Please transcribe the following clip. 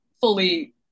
fully